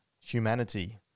humanity